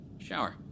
shower